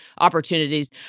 opportunities